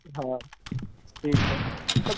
हा ठीकु आहे त